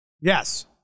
Yes